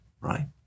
Right